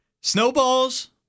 Snowballs